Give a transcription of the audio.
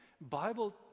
Bible